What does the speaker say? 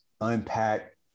unpack